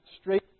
straight